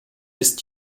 ist